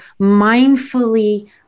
mindfully